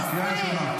קריאה ראשונה.